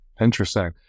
Interesting